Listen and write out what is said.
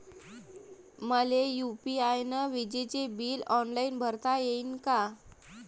मले यू.पी.आय न विजेचे बिल ऑनलाईन भरता येईन का?